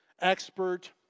expert